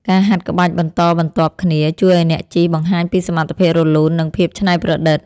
ការហាត់ក្បាច់បន្តបន្ទាប់គ្នា ជួយឱ្យអ្នកជិះបង្ហាញពីសមត្ថភាពរលូន និងភាពច្នៃប្រឌិត។